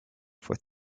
for